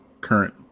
current